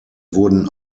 wurden